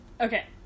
Okay